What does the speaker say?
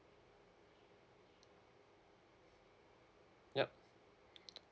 yup